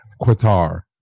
Qatar